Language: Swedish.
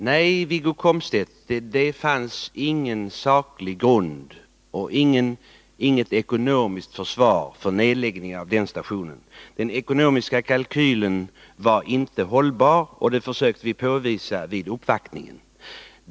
Herr talman! Nej, det fanns ingen saklig grund och inget ekonomiskt försvar för nedläggningen av vägstationen i Brösarp, Wiggo Komstedt. Den ekonomiska kalkylen var inte hållbar, och det försökte vi påvisa vid uppvaktningen.